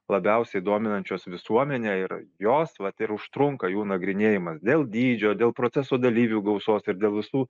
labiausiai dominančios visuomenę ir jos vat ir užtrunka jų nagrinėjimas dėl dydžio dėl proceso dalyvių gausos ir dėl visų